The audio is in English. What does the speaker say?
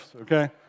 okay